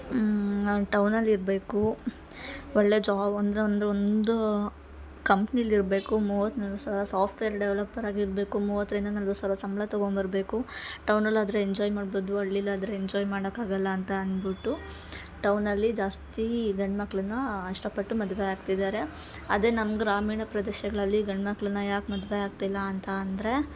ಅವ್ನು ಟೌನಲ್ಲಿ ಇರಬೇಕು ಒಳ್ಳೆಯ ಜಾಬ್ ಅಂದರೆ ಒಂದು ಒಂದು ಕಂಪ್ನೀಲಿ ಇರಬೇಕು ಮೂವತ್ತು ನಲವತ್ತು ಸಾವಿರ ಸಾಫ್ಟ್ವೇರ್ ಡೆವ್ಲಪ್ಪರ್ ಆಗಿರಬೇಕು ಮೂವತ್ತರಿಂದ ನಲವತ್ತು ಸಾವಿರ ಸಂಬಳ ತಗೊಂಬರಬೇಕು ಟೌನಲ್ಲಿ ಆದರೆ ಎಂಜಾಯ್ ಮಾಡ್ಬದು ಹಳ್ಳಿಲಾದ್ರೆ ಎಂಜಾಯ್ ಮಾಡಕ್ಕಾಗಲ್ಲ ಅಂತ ಅನ್ಬುಟ್ಟು ಟೌನಲ್ಲಿ ಜಾಸ್ತಿ ಗಂಡ್ಮಕ್ಳನ್ನ ಅಷ್ಟಪಟ್ಟು ಮದ್ವೆ ಆಗ್ತಿದ್ದಾರೆ ಅದೆ ನಮ್ಮ ಗ್ರಾಮೀಣ ಪ್ರದೇಶಗಳಲ್ಲಿ ಗಂಡ್ಮಕ್ಕಳನ್ನ ಯಾಕೆ ಮದ್ವೆ ಆಗ್ತಿಲ್ಲ ಅಂತ ಅಂದರೆ